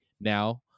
now